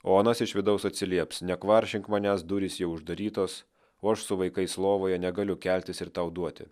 o anas iš vidaus atsilieps nekvaršink manęs durys jau uždarytos o aš su vaikais lovoje negaliu keltis ir tau duoti